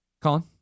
Colin